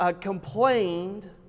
complained